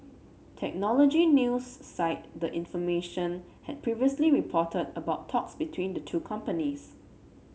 technology news site the information had previously reported about talks between the two companies